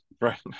Right